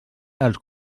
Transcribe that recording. els